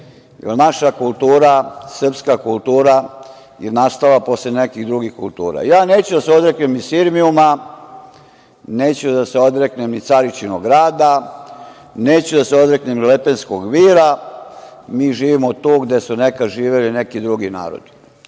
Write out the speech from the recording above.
naša kultura, srpska kultura je nastala posle nekih drugih kultura. Ja neću da se odreknem Sirmijuma, neću da se odreknem ni Caričinog grada, neću da se odreknem ni Lepenskog Vira. Mi živimo tu gde su nekad živeli neki drugi narodi. Mi